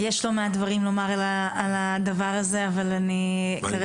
יש לא מעט דברים לומר על הדבר הזה אבל אני כרגע